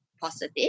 positive